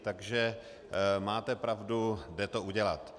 Takže máte pravdu, jde to udělat.